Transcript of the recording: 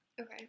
Okay